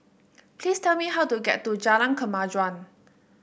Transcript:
please tell me how to get to Jalan Kemajuan